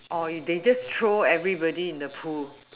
or they just throw everybody in the pool